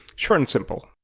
short and simple.